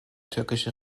türkische